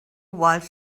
while